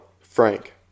Frank